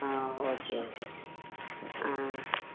ஆ okay okay ஆ